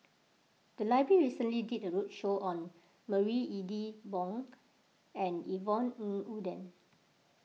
the library recently did a roadshow on Marie Ethel Bong and Yvonne Ng Uhde